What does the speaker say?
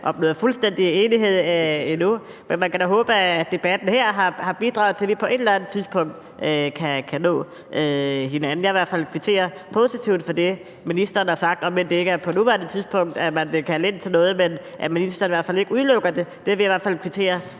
opnået fuldstændig enighed endnu, men man kan da håbe, at debatten her har bidraget til, at vi på et eller andet tidspunkt kan nå hinanden. Jeg vil i hvert fald kvittere positivt for det, ministeren har sagt, om end det ikke er på nuværende tidspunkt, at man bliver kaldt ind til noget. Men at ministeren i hvert fald ikke udelukker det, vil jeg kvittere